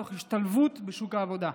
תוך השתלבות בשוק העבודה.